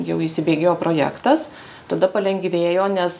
jau įsibėgėjo projektas tada palengvėjo nes